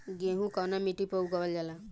गेहूं कवना मिट्टी पर उगावल जाला?